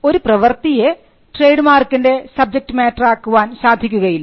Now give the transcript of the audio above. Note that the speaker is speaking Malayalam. ഒരു പ്രവർത്തിയെ ട്രേഡ്മാർക്കിൻറെ സബ്ജക്ട് മാറ്ററാക്കുവാൻ സാധിക്കുകയില്ല